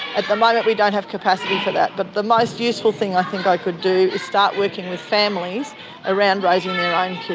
at the moment we don't have capacity for that. but the most useful thing i think i could do is start working with families around raising their own kids.